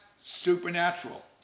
supernatural